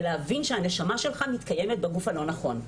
זה להבין שהנשמה שלך מתקיימת בגוף הלא נכון.